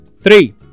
three